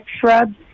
shrubs